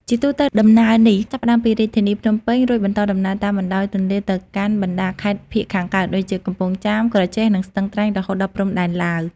ជាទូទៅ ដំណើរនេះចាប់ផ្តើមពីរាជធានីភ្នំពេញ រួចបន្តដំណើរតាមបណ្ដោយទន្លេទៅកាន់បណ្តាខេត្តភាគខាងកើតដូចជា កំពង់ចាម ក្រចេះ និងស្ទឹងត្រែង រហូតដល់ព្រំដែនឡាវ។